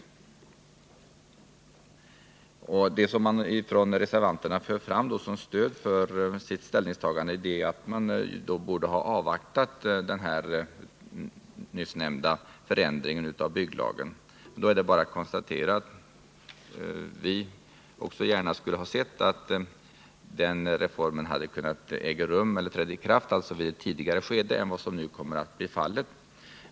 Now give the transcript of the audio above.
Det som reservanterna för fram som stöd för sitt ställningstagande är att man borde ha avvaktat den nyss nämnda förändringen av bygglagen. Det är bara att konstatera att vi gärna skulle ha sett att den reformen hade kunnat träda i kraft vid en tidigare tidpunkt än vad som nu kommer att bli fallet.